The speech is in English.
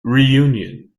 reunion